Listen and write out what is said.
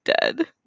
dead